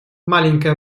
маленькая